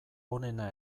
onena